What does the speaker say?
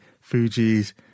Fuji's